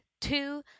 two